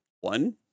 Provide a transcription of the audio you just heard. One